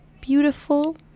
beautiful